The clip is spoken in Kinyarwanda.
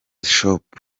shop